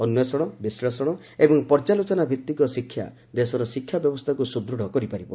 ଅନ୍ଧେଷଣ ବିଶ୍ଳେଷଣ ଏବଂ ପର୍ଯ୍ୟାଲୋଚନା ଭିଭିକ ଶିକ୍ଷା ଦେଶର ଶିକ୍ଷା ବ୍ୟବସ୍ଥାକୁ ସୁଦୃଢ଼ କରିପାରିବ